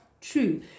true